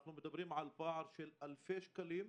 אנחנו מדברים על פער של אלפי שקלים.